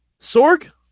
Sorg